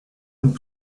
und